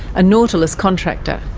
a nautilus contractor.